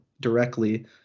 directly